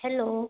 hello